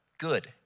Good